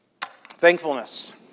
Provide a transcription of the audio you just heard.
Thankfulness